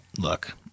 look